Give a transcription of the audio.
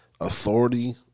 authority